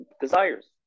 desires